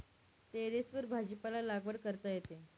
टेरेसवर भाजीपाला लागवड करता येते